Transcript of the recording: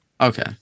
Okay